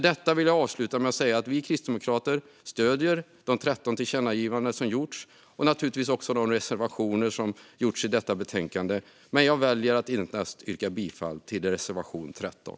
Jag vill avsluta med att säga att vi kristdemokrater stöder de 13 tillkännagivanden som gjorts och naturligtvis också de reservationer som gjorts i detta betänkande. Men jag väljer att endast yrka bifall till reservation 13.